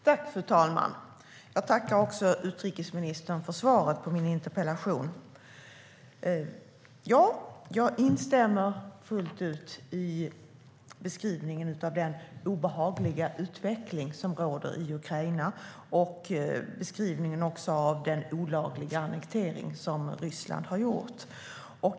Fru talman! Jag tackar utrikesministern för svaret på min interpellation. Jag instämmer fullt ut i beskrivningen av den obehagliga utveckling som råder i Ukraina och i beskrivningen av den olagliga annektering som Ryssland har gjort.